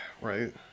Right